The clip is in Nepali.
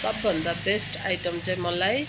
सबभन्दा बेस्ट आइटम चाहिँ मलाई